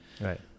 Right